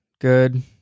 good